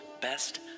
best